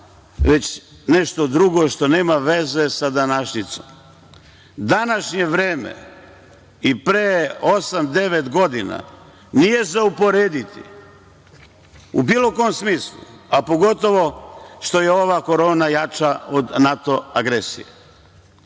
već nešto drugo, što nema veze sa današnjicom. Današnje vreme i pre osam-devet godina nije za uporediti, u bilo kom smislu, a pogotovo što je ova korona jača od NATO agresije.